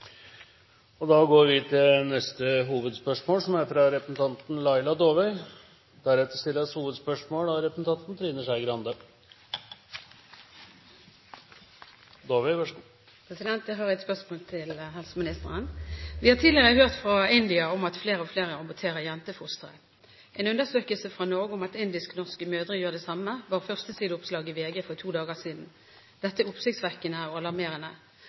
går til neste hovedspørsmål. Jeg har et spørsmål til helseministeren. Vi har tidligere hørt fra India at flere og flere aborterer jentefostre. En undersøkelse fra Norge om at indisk-norske mødre gjør det samme, var førstesideoppslag i VG for to dager siden. Dette er oppsiktsvekkende og alarmerende.